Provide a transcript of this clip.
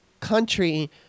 country